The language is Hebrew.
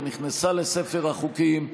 ונכנסה לספר החוקים.